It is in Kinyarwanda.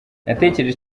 natekereje